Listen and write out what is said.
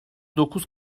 dokuz